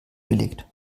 gelegt